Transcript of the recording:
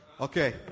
Okay